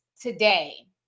today